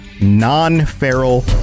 non-feral